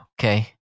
okay